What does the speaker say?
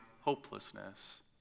hopelessness